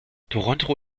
toronto